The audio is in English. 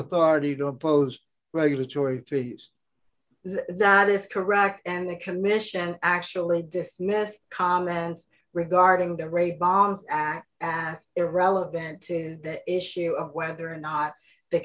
authority to impose regulatory phase that is correct and the commission actually a dismissed comments regarding the raid bonds act asked irrelevant to the issue of whether or not the